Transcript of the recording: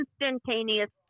instantaneous